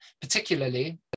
particularly